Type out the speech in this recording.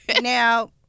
Now